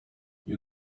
you